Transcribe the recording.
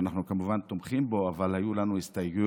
שאנחנו כמובן תומכים בו, אבל היו לנו הסתייגויות